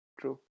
true